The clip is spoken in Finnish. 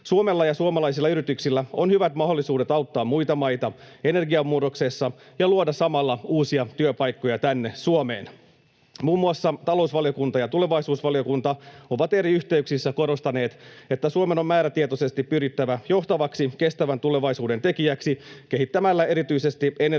Suomella ja suomalaisilla yrityksillä on hyvät mahdollisuudet auttaa muita maita energiamurroksessa ja luoda samalla uusia työpaikkoja tänne Suomeen. Muun muassa talousvaliokunta ja tulevaisuusvaliokunta ovat eri yhteyksissä korostaneet, että Suomen on määrätietoisesti pyrittävä johtavaksi kestävän tulevaisuuden tekijäksi kehittämällä erityisesti energia- ja